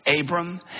Abram